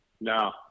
No